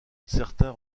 certains